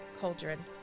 cauldron